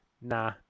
Nah